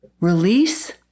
release